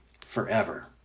forever